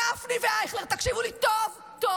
גפני ואייכלר, תקשיבו לי טוב טוב: